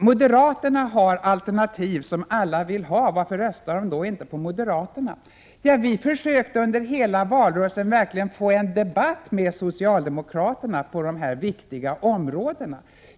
Moderaterna har alternativ som alla vill ha — varför röstar man då inte på moderaterna? frågar socialministern. Vi försökte under hela valrörelsen verkligen få en debatt med socialdemokraterna om dessa viktiga områden.